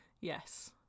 Yes